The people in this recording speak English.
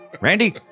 Randy